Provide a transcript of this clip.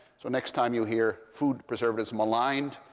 so next time you hear food preservatives maligned,